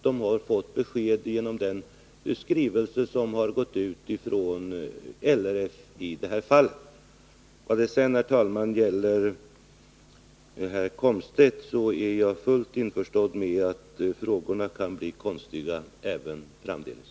De har också fått besked genom den skrivelse som har gått ut från LRF. När det sedan, herr talman, gäller herr Komstedt är jag fullt införstådd med att frågorna kan bli konstiga även framdeles.